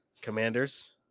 Commanders